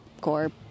core